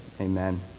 Amen